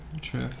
true